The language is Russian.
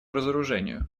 разоружению